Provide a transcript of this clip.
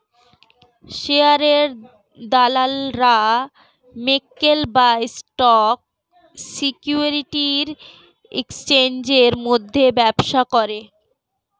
শেয়ারের দালালরা মক্কেল বা স্টক সিকিউরিটির এক্সচেঞ্জের মধ্যে ব্যবসা করে